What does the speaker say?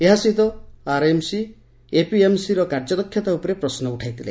ଏଥିସହିତ ଆରଏମସି ଏପିଏମସିର କାର୍ଯ୍ୟଦକ୍ଷତା ଉପରେ ପ୍ରଶ୍ମ ଉଠାଇଥିଲେ